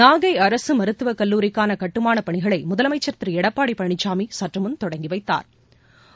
நாகைஅரசுமருத்துவக் கல்லூரிக்கானகட்டுமானப் பணிகளைமுதலமைச்சர் திருஎடப்பாடிபழனிசாமிசற்றுமுன் தொடங்கிவைத்தாா்